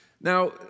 Now